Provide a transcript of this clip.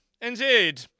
Indeed